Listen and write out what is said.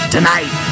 Tonight